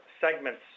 segments